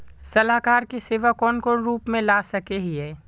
सलाहकार के सेवा कौन कौन रूप में ला सके हिये?